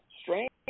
Strange